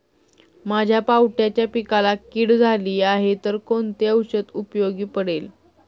माझ्या पावट्याच्या पिकाला कीड झाली आहे तर कोणते औषध उपयोगी पडेल?